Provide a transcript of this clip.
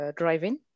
driving